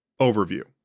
Overview